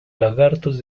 lagartos